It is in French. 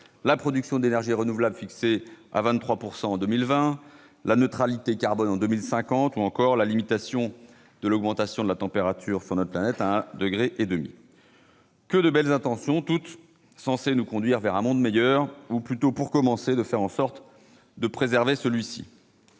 la production d'énergies renouvelables fixée à 23 % en 2020, la neutralité carbone en 2050 ou encore la limitation à 1,5 degré de la hausse de température sur notre planète. Que de belles intentions ! Toutes sont censées nous conduire vers un monde meilleur ou plutôt, pour commencer, faire en sorte de préserver l'actuel